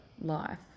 life